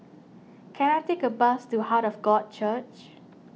can I take a bus to Heart of God Church